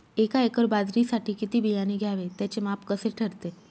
एका एकर बाजरीसाठी किती बियाणे घ्यावे? त्याचे माप कसे ठरते?